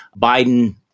Biden